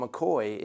McCoy